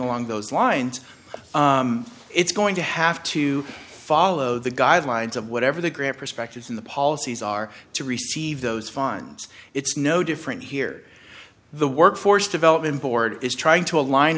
along those lines it's going to have to follow the guidelines of whatever the ground perspectives in the policies are to receive those fines it's no different here the workforce development board is trying to ali